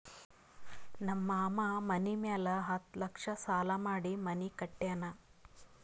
ನಮ್ ಮಾಮಾ ಮನಿ ಮ್ಯಾಲ ಹತ್ತ್ ಲಕ್ಷ ಸಾಲಾ ಮಾಡಿ ಮನಿ ಕಟ್ಯಾನ್